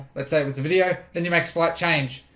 let's say video then you make slight change.